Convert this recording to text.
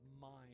mind